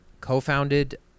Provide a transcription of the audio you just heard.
co-founded